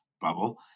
bubble